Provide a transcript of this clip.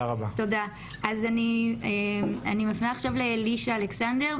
אני מפנה עכשיו לאלישע אלכסנדר,